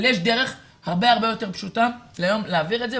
אבל יש דרך הרבה יותר פשוטה להעביר את זה,